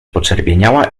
poczerwieniała